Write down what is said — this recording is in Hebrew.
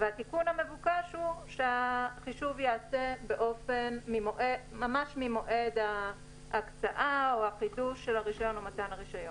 התיקון המבוקש הוא שהחישוב ייעשה רק מרגע מתן ההקצאה או חידוש הרישיון.